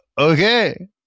okay